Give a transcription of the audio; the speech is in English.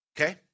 Okay